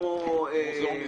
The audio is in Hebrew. --- מוזיאון ישראל.